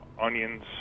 onions